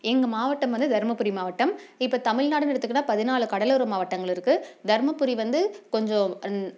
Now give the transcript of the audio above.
எங்கள் மாவட்டம் வந்து தர்மபுரி மாவட்டம் இப்போ தமிழ்நாடுனு எடுத்துக்கிட்டால் பதினாலு கடலோர மாவட்டங்கள் இருக்குது தர்மபுரி வந்து கொஞ்சம்